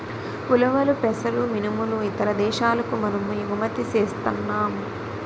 ఉలవలు పెసలు మినుములు ఇతర దేశాలకు మనము ఎగుమతి సేస్తన్నాం